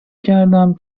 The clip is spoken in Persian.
کردم